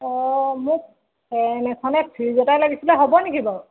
অঁ মোক এই নেচানে ফ্ৰীজ এটাই লাগিছিলে হ'ব নেকি বাৰু